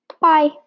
Bye